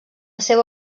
seva